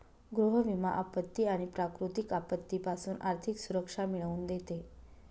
गृह विमा आपत्ती आणि प्राकृतिक आपत्तीपासून आर्थिक सुरक्षा मिळवून देते